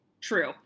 True